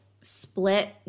Split